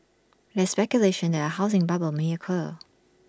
there is speculation that A housing bubble may occur